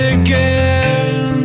again